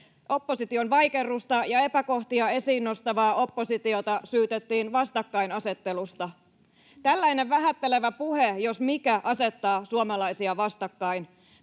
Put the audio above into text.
opposition vaikerrusta, ja epäkohtia esiin nostavaa oppositiota syytettiin vastakkainasettelusta. Tällainen vähättelevä puhe, jos mikä, asettaa suomalaisia vastakkain.